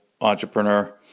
entrepreneur